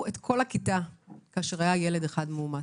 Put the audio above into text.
את כל הכיתה כאשר היה ילד אחד מאומת.